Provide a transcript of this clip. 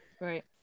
Right